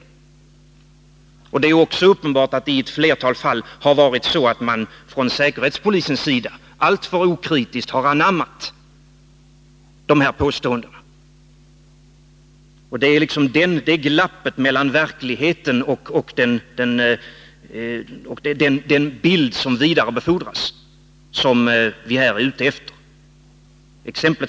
Det är också uppenbart att säkerhetspolisen i ett flertal fall alltför okritiskt har anammat sådana påståenden. Det är glappet mellan verkligheten och den bild som vidarebefordras som vi är ute efter.